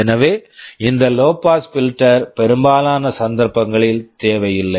எனவே இந்த low pass filter low pass filter பெரும்பாலான சந்தர்ப்பங்களில் தேவையில்லை